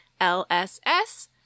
lss